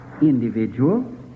individual